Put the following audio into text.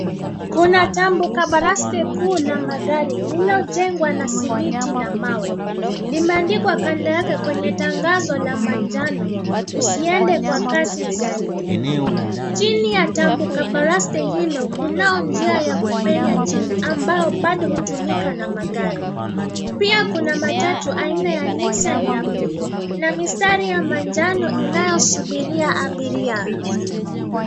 Kuna tambuka baraste kuu la magari lililojengwa na simiti na mawe, limeandikwa kando yake kwenye tangazo la manjano, usiende kwa kasi zaidi, chini ya tambuka baraste hilo kunao njia ya kupenya chini ambao bado hutumika na magari, pia kuna matatu aina ya nissan ya bluu, na mistari ya manjano inayosubiria abiria.